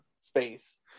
space